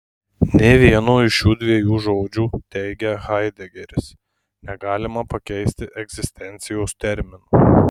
nė vieno iš šių dviejų žodžių teigia haidegeris negalima pakeisti egzistencijos terminu